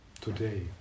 today